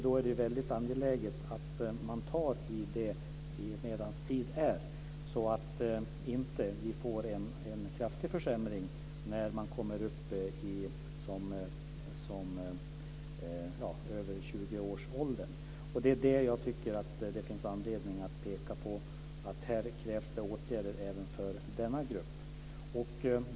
Då är det väldigt angeläget att man tar i det medan tid är, så att de inte får en kraftig försämring när de kommer upp i tjugoårsåldern. Det är det jag tycker att det finns anledning att peka på. Här krävs det åtgärder även för denna grupp.